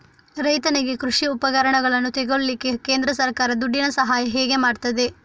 ರೈತನಿಗೆ ಕೃಷಿ ಉಪಕರಣಗಳನ್ನು ತೆಗೊಳ್ಳಿಕ್ಕೆ ಕೇಂದ್ರ ಸರ್ಕಾರ ದುಡ್ಡಿನ ಸಹಾಯ ಹೇಗೆ ಮಾಡ್ತದೆ?